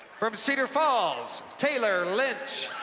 from cedar falls taylor lynch